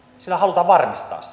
sillä halutaan varmistaa se